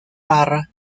parra